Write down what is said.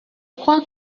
crois